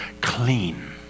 clean